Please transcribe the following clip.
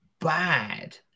bad